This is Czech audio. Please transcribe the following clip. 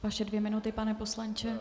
Vaše dvě minuty, pane poslanče.